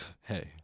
Hey